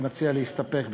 אני מציע להסתפק בכך.